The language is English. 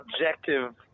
objective